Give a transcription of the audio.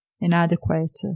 inadequate